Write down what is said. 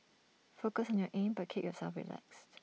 focus on your aim but keep yourself relaxed